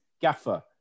Gaffer